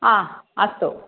हा अस्तु